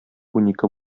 унике